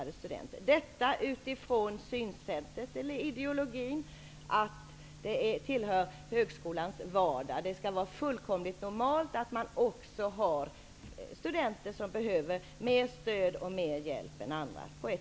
Utgångspunkten är ideologin att studenter med funktionshinder hör till högskolornas vardag. Det skall vara fullkomligt normalt att det också finns studenter som på ett eller annat sätt behöver mer stöd och hjälp än andra.